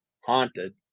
haunted